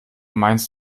meinst